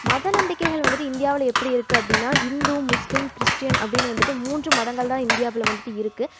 மத நம்பிக்கைகள் வந்துவிட்டு இந்தியாவில் எப்படி இருக்கு அப்படின்னா இந்து முஸ்லிம் கிறிஸ்டின் அப்படின்னு வந்துவிட்டு மூன்று மதங்கள் தான் இந்தியாவில் வந்துவிட்டு இருக்கு